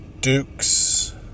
Dukes